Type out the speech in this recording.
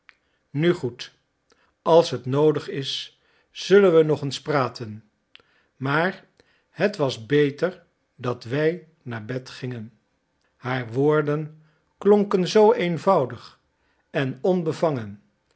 nu goed als het noodig is zullen we nog eens praten maar het was beter dat wij naar bed gingen haar woorden klonken zoo eenvoudig en onbevangen